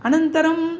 अनन्तरं